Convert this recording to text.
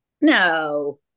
no